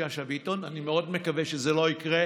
אני מאוד מקווה שזה לא יקרה,